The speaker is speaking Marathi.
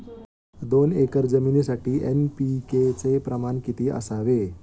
दोन एकर जमीनीसाठी एन.पी.के चे प्रमाण किती असावे?